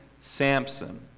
Samson